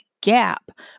gap